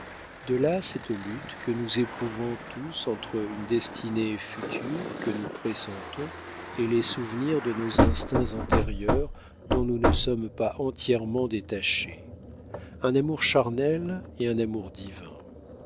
de là cette lutte que nous éprouvons tous entre une destinée future que nous pressentons et les souvenirs de nos instincts antérieurs dont nous ne sommes pas entièrement détachés un amour charnel et un amour divin